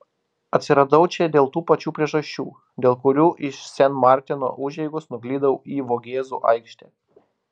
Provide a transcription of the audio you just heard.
atsiradau čia dėl tų pačių priežasčių dėl kurių iš sen marteno užeigos nuklydau į vogėzų aikštę